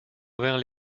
envers